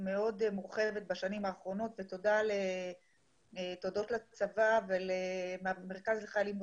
שהיא תהיה גורפת לכלל החילים הבודדים,